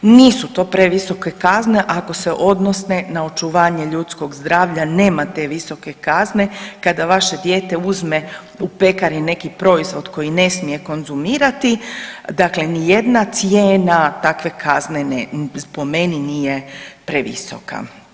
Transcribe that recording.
Nisu to previsoke kazne ako se odnose na očuvanje ljudskog zdravlja, nema te visoke kazne, kada vaše dijete uzme u pekari neki proizvod koji ne smije konzumirati, dakle nijedna cijena takve kazne ne, po meni nije previsoka.